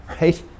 right